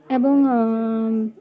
এবং